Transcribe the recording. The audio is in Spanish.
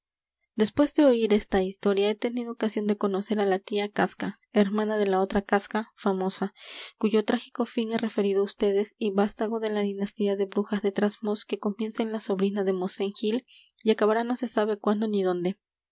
después de oir esta historia he tenido ocasión de conocer á la tía casca hermana de la otra casca famosa cuyo trágico fin he referido á ustedes y vástago de la dinastía de brujas de trasmoz que comienza en la sobrina de mosén gil y acabará no se sabe cuándo ni dónde